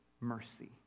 mercy